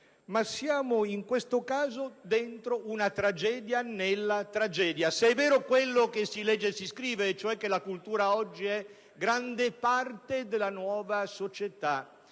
ma in questo caso siamo dentro una tragedia nella tragedia, se è vero ciò che si legge e si scrive, e cioè che la cultura oggi è grande parte della nuova società